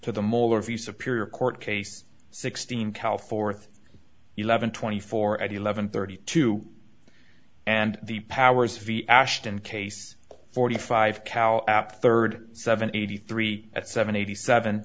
to the mall or view superior court case sixteen cal fourth eleven twenty four at eleven thirty two and the powers v ashton case forty five cow at third seven eighty three at seven eighty seven